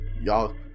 y'all